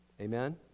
Amen